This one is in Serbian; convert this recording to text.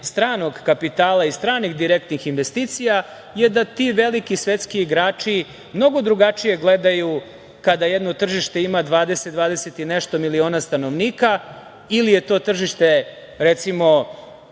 stranog kapitala i stranih direktnih investicija je da ti veliki svetski igrači mnogo drugačije gledaju kada jedno tržište ima 20, 20 i nešto miliona stanovnika ili je to tržište recimo